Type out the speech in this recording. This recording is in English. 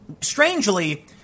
strangely